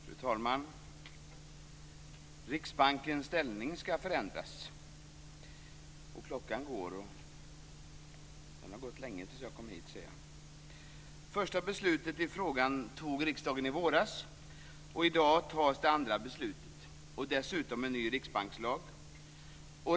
Fru talman! Riksbankens ställning skall förändras. Klockan går, och den har gått länge innan jag kom hit, ser jag. Första beslutet i frågan fattade riksdagen i våras, och i dag fattas det andra beslutet. Dessutom beslutar vi om en ny riksbankslag.